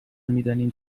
میدانیم